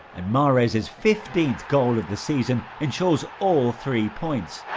and mahrez's fifteenth goal of the season, ensures all three points.